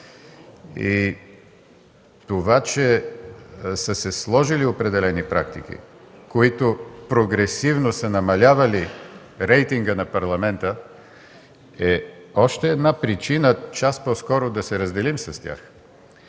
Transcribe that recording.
Това че са се сложили определени практики, които прогресивно са намалявали рейтинга на Парламента, е още една причина час по-скоро да се разделим с тях.